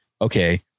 okay